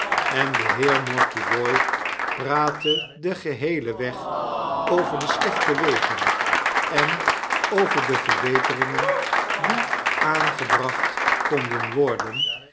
heenen de heer mortibooi praatte den geheelen weg over de slechte wegen en over de verbeteringen die aangebracht konden worden